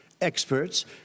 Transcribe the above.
experts